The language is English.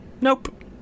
Nope